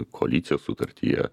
koalicijos sutartyje